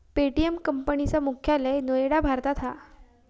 Paytm company चा मुख्यालय नोएडा भारतात हा